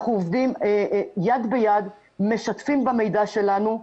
אנחנו עובדים יד ביד, משתפים מידע שלנו,